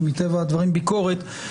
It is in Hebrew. ומטבע הדברים ביקורת,